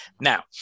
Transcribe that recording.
Now